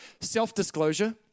Self-disclosure